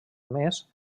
més